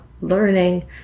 learning